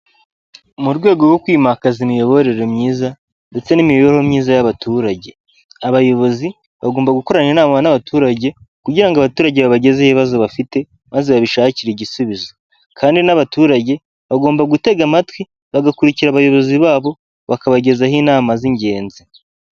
Mu rwego rwo kwimakaza imiyoborere myiza ndetse n'imibereho myiza y'abaturage, abayobozi bagomba gukorana inama n'abaturage kugira ngo abaturage babagezeho ibibazo bafite maze babishakire igisubizo, kandi n'abaturage bagomba gutega amatwi bagakurikira abayobozi babo bakabagezaho inama z'ingenzi.